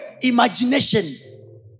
Imagination